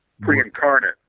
pre-incarnate